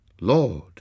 Lord